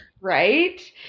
Right